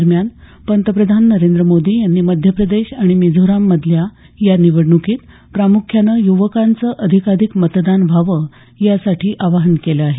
दरम्यान पंतप्रधान नरेंद्र मोदी यांनी मध्य प्रदेश आणि मिझोराम मधील या निवडण्कीत प्रामुख्यानं युवकांचं अधिकाधिक मतदान व्हावं यासाठी आवाहन केलं आहे